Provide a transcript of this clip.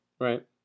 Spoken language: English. Right